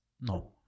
No